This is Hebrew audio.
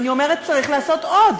אני אומרת: צריך לעשות עוד.